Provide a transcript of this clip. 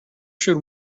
should